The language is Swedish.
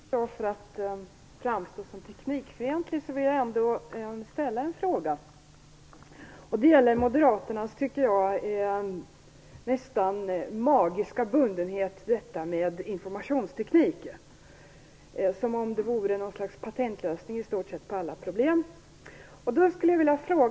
Herr talman! Med risk att framstå som teknikfientlig vill jag ställa en fråga. Det gäller moderaternas, som jag tycker, nästan magiska bundenhet till detta med informationsteknik, som om den vore en patentlösning på i stort sett alla problem.